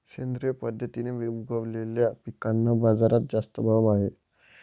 सेंद्रिय पद्धतीने उगवलेल्या पिकांना बाजारात जास्त भाव आहे